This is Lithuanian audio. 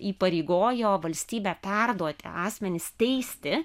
įpareigojo valstybę perduoti asmenis teisti